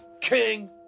king